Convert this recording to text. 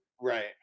Right